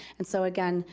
and so again,